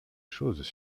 choses